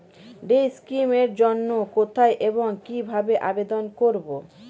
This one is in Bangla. ডে স্কিম এর জন্য কোথায় এবং কিভাবে আবেদন করব?